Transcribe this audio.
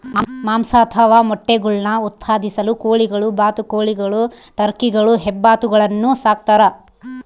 ಮಾಂಸ ಅಥವಾ ಮೊಟ್ಟೆಗುಳ್ನ ಉತ್ಪಾದಿಸಲು ಕೋಳಿಗಳು ಬಾತುಕೋಳಿಗಳು ಟರ್ಕಿಗಳು ಹೆಬ್ಬಾತುಗಳನ್ನು ಸಾಕ್ತಾರ